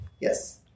Yes